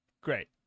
Great